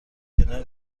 کنار